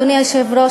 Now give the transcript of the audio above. אדוני היושב-ראש,